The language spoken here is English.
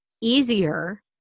easier